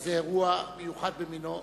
שזה אירוע מיוחד במינו.